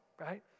right